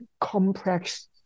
complex